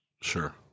Sure